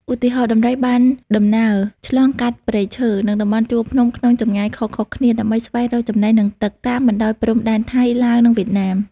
ឧទាហរណ៍ ដំរីបានដំណើរឆ្លងកាត់ព្រៃឈើ និងតំបន់ជួរភ្នំក្នុងចម្ងាយខុសៗគ្នា ដើម្បីស្វែងរកចំណី និងទឹក តាមបណ្ដោយព្រំដែនថៃ ឡាវ និងវៀតណាម។